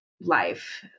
life